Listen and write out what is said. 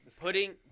putting